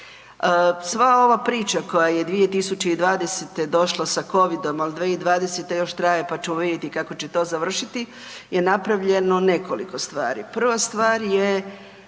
Sva ova priča koja je 2020. došla sa Covidom, al 2020. još traje, pa ćemo vidjeti kako će to završiti, je napravljeno nekoliko stvari. Prva stvar je